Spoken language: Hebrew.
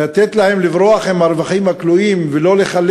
לתת להן לברוח עם הרווחים הכלואים ולא לחלק